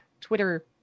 Twitter